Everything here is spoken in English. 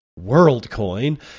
WorldCoin